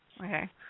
Okay